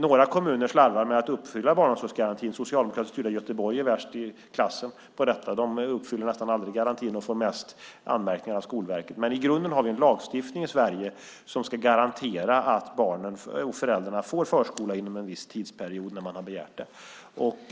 Några kommuner slarvar med att uppfylla barnomsorgsgarantin. Socialdemokratiskt styrda Göteborg är värst i klassen på detta. De uppfyller nästan aldrig garantin och får mest anmärkningar av Skolverket. Men i grunden har vi en lagstiftning i Sverige som ska garantera att barnen och föräldrarna får förskola inom en viss tidsperiod när man har begärt det.